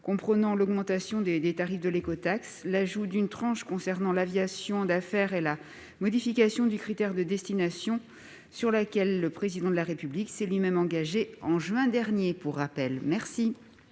comprenant l'augmentation des tarifs de l'écotaxe, l'ajout d'une tranche concernant l'aviation d'affaires et la modification du critère de destination, sur laquelle, je le rappelle, le Président de la République s'est lui-même engagé en juin dernier.